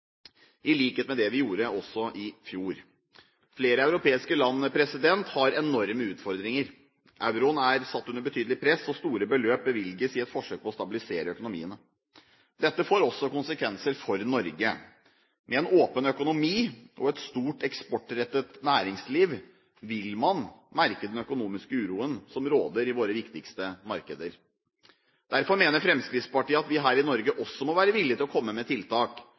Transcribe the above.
i likhet med i fjor. Flere europeiske land har enorme utfordringer. Euroen er satt under betydelig press, og store beløp bevilges i et forsøk på å stabilisere økonomiene. Dette får også konsekvenser for Norge. Med en åpen økonomi og et stort eksportrettet næringsliv vil man merke den økonomiske uroen som råder i våre viktigste markeder. Derfor mener Fremskrittspartiet at vi her i Norge også må være villig til å komme med tiltak